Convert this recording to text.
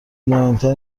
مهمتر